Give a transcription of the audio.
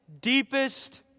deepest